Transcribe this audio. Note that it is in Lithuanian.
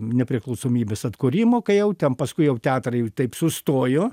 nepriklausomybės atkūrimo kai jau ten paskui jau teatrai taip sustojo